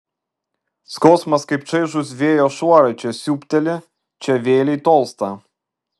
skausmas kaip čaižūs vėjo šuorai čia siūbteli čia vėlei tolsta